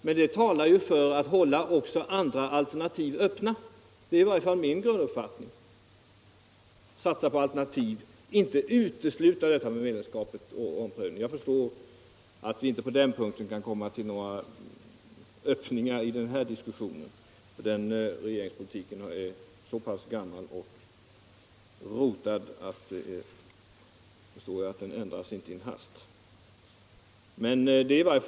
Men det talar också för att man håller även andra alternativ öppna. Det är i varje fall min grunduppfattning att man bör satsa på alternativ utan att för den skull utesluta möjligheten att ompröva medlemskapet. Jag förstår att vi på den punkten inte kan komma till några öppningar i den här diskussionen, den regeringspolitiken är så pass gammal och rotad att jag förstår att den inte ändras i en hast.